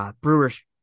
Brewers